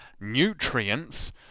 nutrients